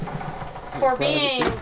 for me